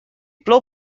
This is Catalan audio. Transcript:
plou